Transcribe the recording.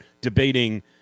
debating